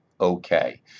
Okay